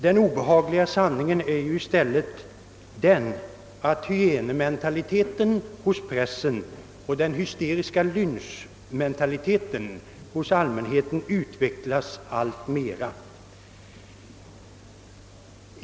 Den obehagliga sanningen är i stället att hyenementaliteten hos pressen och den hysteriska lynchlusten hos allmänheten utvecklas alltmera.